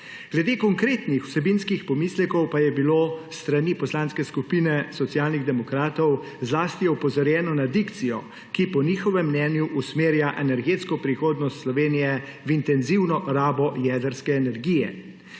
Glede konkretnih vsebinskih pomislekov pa je bilo s strani Poslanske skupine Socialnih demokratov zlasti opozorjeno na dikcijo, ki po njihovem mnenju usmerja energetsko prihodnost Slovenije v intenzivno rabo jedrske energije.